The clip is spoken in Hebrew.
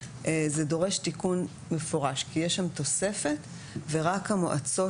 זה דורש תיקון מפורש כי יש שם תוספת ורק המועצות